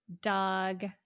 dog